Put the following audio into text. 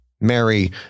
Mary